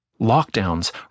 Lockdowns